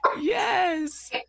Yes